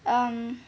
um